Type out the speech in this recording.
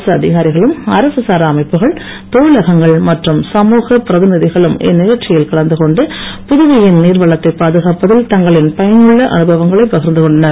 அரசு அதிகாரிகளும் அரசு சாரா அமைப்புகள் தொழிலகங்கள் மற்றும் சமூக பிரதிநிதிகளும் இந்நிகழ்ச்சியில் கலந்து கொண்டு புதுவையின் நீர் வளத்தை பாதுகாப்பதில் தங்களின் பயனுள்ள அனுபவங்களை பகிர்ந்து கொண்டனர்